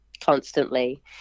constantly